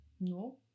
No